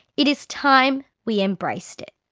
it is time we embraced it.